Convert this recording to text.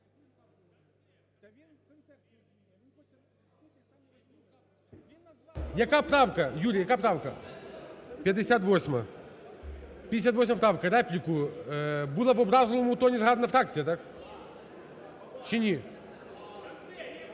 Яка правка, Юрій? Яка правка? 58-а, 58 правка. Репліку, була в образливому тоні згадана фракція, так чи ні?